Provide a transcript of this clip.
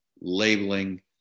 labeling